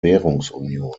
währungsunion